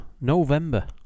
november